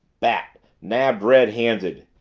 bat nabbed red-handed,